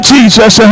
Jesus